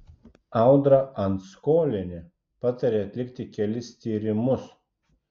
audra anskolienė patarė atlikti kelis tyrimus